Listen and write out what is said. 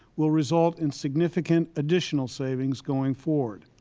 will result in significant additional savings going forward.